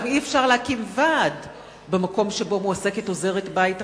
גם אי-אפשר להקים ועד במקום שבו מועסקת עוזרת-בית אחת,